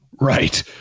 Right